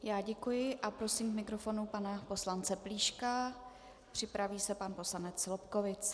Já děkuji a prosím k mikrofonu pana poslance Plíška, připraví se pan poslanec Lobkowicz.